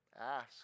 Ask